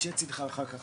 להציף את זה שכן, זו